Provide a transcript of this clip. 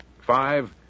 Five